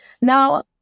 Now